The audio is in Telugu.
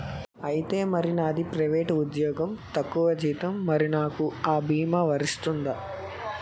ఐతే మరి నాది ప్రైవేట్ ఉద్యోగం తక్కువ జీతం మరి నాకు అ భీమా వర్తిస్తుందా?